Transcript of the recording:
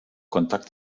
kontakt